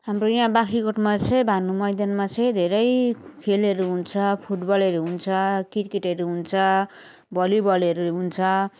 हाम्रो यहाँ बाख्राकोटमा चाहिँ भानु मैदानमा चाहिँ धेरै खेलहरू हुन्छ फुटबलहरू हुन्छ क्रिकेटहरू हुन्छ भलिबलहरू हुन्छ